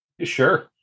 Sure